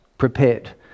Prepared